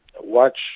watch